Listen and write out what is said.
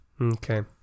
okay